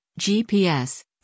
GPS